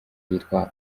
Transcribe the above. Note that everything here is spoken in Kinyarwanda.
yitwa